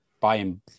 buying